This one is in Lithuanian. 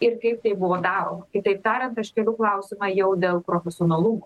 ir kaip tai buvo daroma kitaip tariant aš keliu klausimą jau dėl profesionalumo